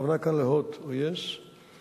הכוונה כאן ל"הוט" ול-yes ובעיתון.